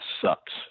sucks